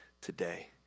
today